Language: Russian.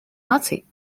наций